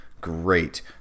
great